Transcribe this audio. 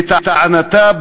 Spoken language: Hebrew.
לטענתה,